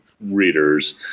readers